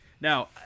Now